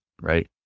right